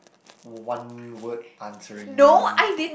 one word answering me